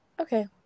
Okay